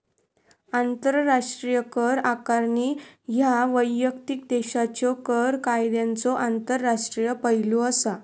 आंतरराष्ट्रीय कर आकारणी ह्या वैयक्तिक देशाच्यो कर कायद्यांचो आंतरराष्ट्रीय पैलू असा